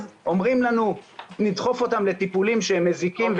אז אומרים לנו נדחוף אותם לטיפולים שהם מזיקים,